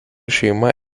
šeima